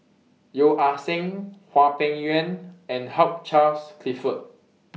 Yeo Ah Seng Hwang Peng Yuan and Hugh Charles Clifford